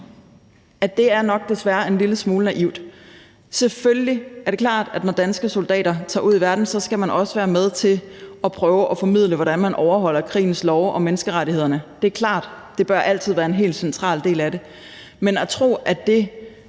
at det nok desværre er en lille smule naivt. Det er klart, at når danske soldater tager ud i verden, skal man også være med til at prøve at formidle, hvordan man overholder krigens love og menneskerettighederne – det er klart; det bør altid være en helt central del af det – men at tro, at man